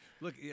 look